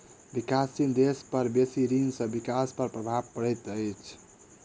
विकासशील देश पर बेसी ऋण सॅ विकास पर प्रभाव पड़ैत अछि